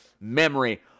memory